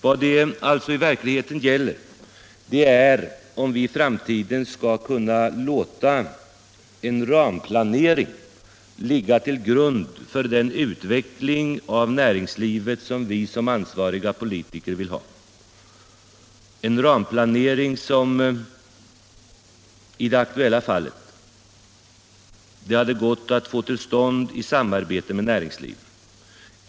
Vad det alltså i verkligheten gäller är om vi i framtiden skall kunna låta en ramplanering ligga till grund för den utveckling av näringslivet som vi som ansvariga politiker vill ha. En sådan ramplanering hade i det aktuella fallet gått att få till stånd i samarbete med näringslivet.